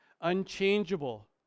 unchangeable